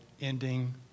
ending